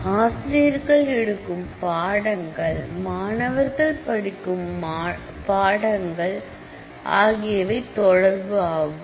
ஆசிரியர்கள் எடுக்கும் பாடங்கள் மாணவர்கள் படிக்கும் பாடங்கள் ஆகியவை தொடர்பு ஆகும்